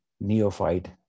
neophyte